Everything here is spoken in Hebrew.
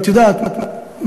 את יודעת,